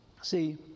See